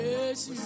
Yes